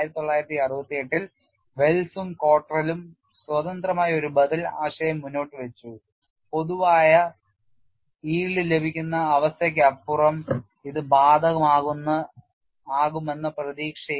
1961 ൽ വെൽസും കോട്രലും സ്വതന്ത്രമായി ഒരു ബദൽ ആശയം മുന്നോട്ടുവച്ചു പൊതുവായ yield ലഭിക്കുന്ന അവസ്ഥയ്ക്കപ്പുറവും ഇത് ബാധകമാകുമെന്ന പ്രതീക്ഷയിൽ